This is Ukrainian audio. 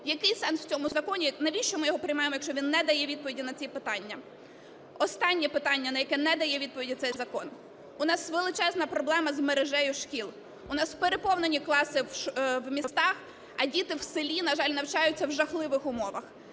Який сенс в цьому законі? Навіщо ми його приймаємо, якщо він не дає відповіді на ці питання? Останнє питання, на яке не дає відповіді цей закон. У нас величезна проблема з мережею шкіл. У нас переповнені класи в містах, а діти в селі, на жаль, навчаються в жахливих умовах.